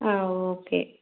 ஆ okay